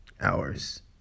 Hours